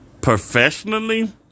Professionally